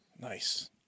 Nice